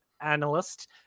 analyst